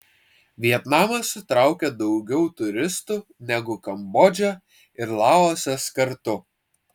vietnamas sutraukia daugiau turistų negu kambodža ir laosas kartu